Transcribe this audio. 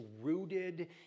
rooted